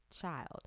child